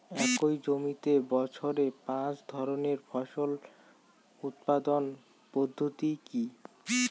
একই জমিতে বছরে পাঁচ ধরনের ফসল উৎপাদন পদ্ধতি কী?